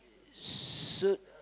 so